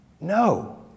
No